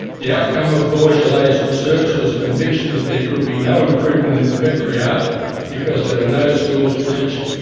the outcome of bourgelat's research was a conviction that there could be no improvement in the veterinary art because there were no schools to teach it.